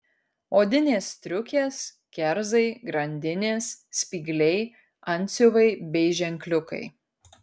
odinės striukės kerzai grandinės spygliai antsiuvai bei ženkliukai